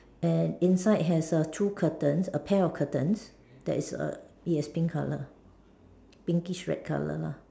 and inside has a two curtains a pair of curtains that's is a it's has pink colour pinkish red colour lah